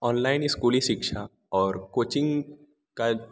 online इस्कूली शिक्षा और कोचिंग का